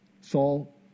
Saul